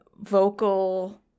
vocal